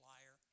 Liar